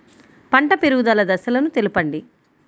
పంట పెరుగుదల దశలను తెలపండి?